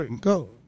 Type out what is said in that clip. Go